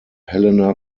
helena